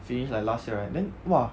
finish like last year right then !wah!